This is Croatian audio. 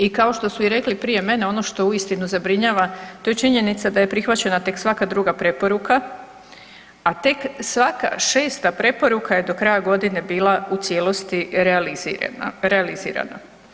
I kao što su i rekli prije mene ono što uistinu zabrinjava to je činjenica da je prihvaćena tek svaka druga preporuka, a tek svaka šesta preporuka je do kraja godine u cijelosti bila realizirana.